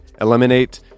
eliminate